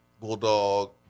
Bulldog